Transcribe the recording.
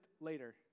later